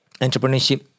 entrepreneurship